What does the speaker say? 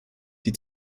die